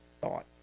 thought